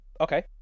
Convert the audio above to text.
Okay